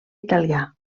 italià